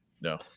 No